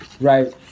Right